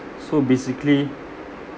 so basically